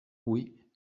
oui